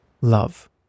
Love